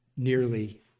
nearly